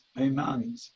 Amen